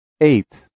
Eight